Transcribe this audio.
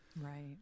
Right